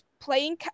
playing